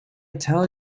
tell